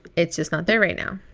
it's just not there right now.